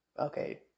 Okay